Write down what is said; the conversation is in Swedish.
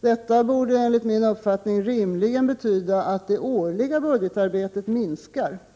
Detta borde, enligt min uppfattning, rimligen betyda att det årliga budgetarbetet minskar.